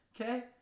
Okay